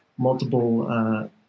multiple